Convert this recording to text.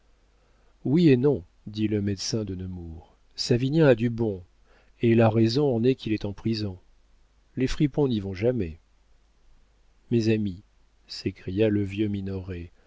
oui et non dit le médecin de nemours savinien a du bon et la raison en est qu'il est en prison les fripons n'y vont jamais mes amis s'écria le vieux minoret